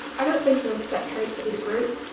i don't think there are set traits to either group,